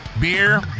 beer